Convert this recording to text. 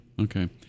Okay